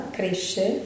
cresce